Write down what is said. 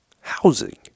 housing